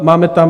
Máme tam...